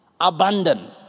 abandon